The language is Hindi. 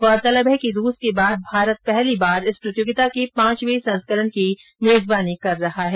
गौरतलब है कि रूस के बाद भारत पहली बार इस प्रतियोगिता के पांचवे संस्करण की मेजबानी कर रहा हैं